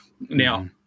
Now